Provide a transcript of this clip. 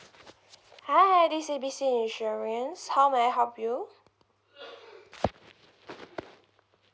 hi this A B C insurance how may I help you